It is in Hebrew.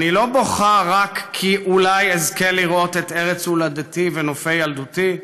אני לא בוכה רק כי אולי אזכה לראות את ארץ הולדתי ונופי ילדותי,